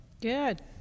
Good